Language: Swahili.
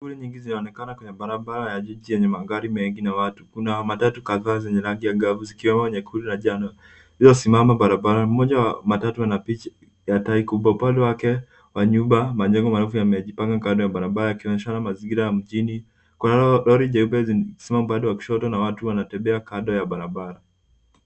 Shughuli nyingi zinaonekana kwenye barabara ya jiji yenye magari mengi na watu. Kuna matatu kadhaa zenye rangi angavu zikiwemo nyekundu na njano iliyosimama barabarani. Moja ya matatu yana picha ya tai kubwa. Upande wake wa nyuma, majengo marefu yamejipanga kando ya barabara yakionyeshana mazingira ya mjini. Kuna lori jeupe limesimama upande wa kushoto na watu wanatembea kando ya barabara.